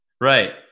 Right